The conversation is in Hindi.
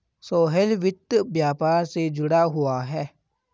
सोहेल वित्त व्यापार से जुड़ा हुआ है